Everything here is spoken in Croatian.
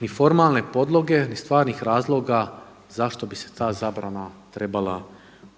ni formalne podloge ni stvarnih razloga zašto bi se ta zabrana trebala